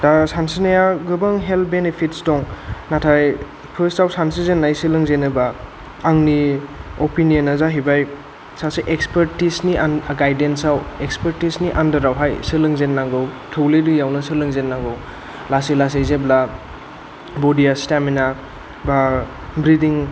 दा सानस्रिनाया गोबां हेल्थ बेनिफिटस दं नाथाय फोर्स्ट आव सानस्रि जेननाय सोलोंजेनोबा आंनि अपिनियना जाहैबाय सासे एक्सपोर्टिस नि आं गायडेन्साव एक्सपार्टिसनि आन्दार आवहाय सोलोंजेननांगौ थौले दैयावनो सोलोंजेननांगौ लासै लासै जेब्ला बडि या स्टेमिना बा ब्रिडिं